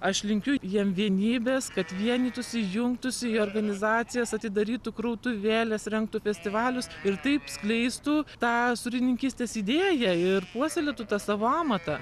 aš linkiu jiem vienybės kad vienytųsi jungtųsi į organizacijas atidarytų krautuvėles rengtų festivalius ir taip skleistų tą sūrininkystės idėją ir puoselėtų tą savo amatą